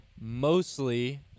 mostly